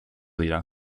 dira